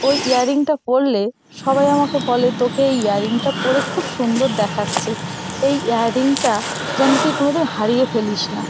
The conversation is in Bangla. ওই ইয়াররিংটা পরলে সবাই আমাকে বলে তোকে এই ইয়াররিংটা পরে খুব সুন্দর দেখাচ্ছে এই ইয়াররিংটা যেন তুই কোনো দিন হারিয়ে ফেলিস না